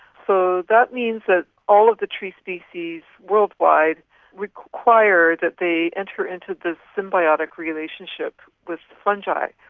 so that means that all of the tree species worldwide require that they enter into this symbiotic relationship with fungi,